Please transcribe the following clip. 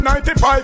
95